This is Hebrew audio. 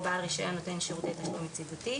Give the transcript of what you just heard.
בעל רישיון נותן שירותי תשלום יציבותי".